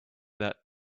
that